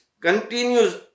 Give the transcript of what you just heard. continues